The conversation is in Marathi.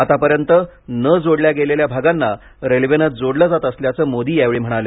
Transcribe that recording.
आतापर्यंत न जोडल्या गेलेल्या भागांना रेल्वेन जोडलं जात असल्याचं मोदी यावेळी म्हणाले